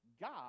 God